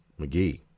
McGee